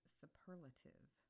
superlative